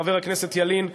חבר הכנסת ילין,